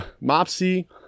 Mopsy